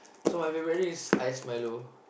so everybody is ice milo